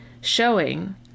showing